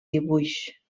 dibuix